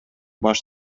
баш